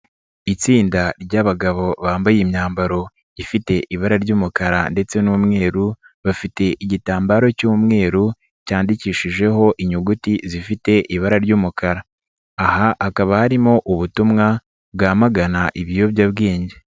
Itsinda ry'abagabo bambaye imyambaro ifite ibara ry'umukara ndetse n'umweru bafite igitambaro cy'umweru cyandikishijeho inyuguti zifite ibara ry'umukara, aha hakaba arimo ubutumwa bwamagana ibiyobyabwenge.